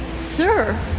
Sir